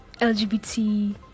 LGBT